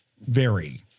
vary